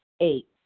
Eight